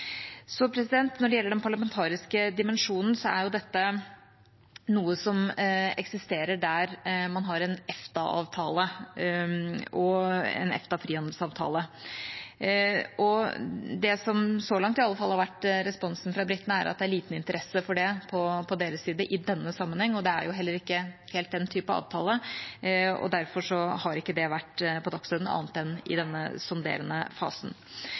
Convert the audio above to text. Når det gjelder den parlamentariske dimensjonen, er dette noe som eksisterer der man har en EFTA-frihandelsavtale. Det som i hvert fall så langt har vært responsen fra britene, er at det er liten interesse for det fra deres side i denne sammenheng, og det er heller ikke helt den type avtale. Derfor har ikke det vært på dagsordenen annet enn i denne sonderende fasen.